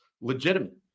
legitimate